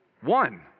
one